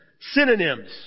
synonyms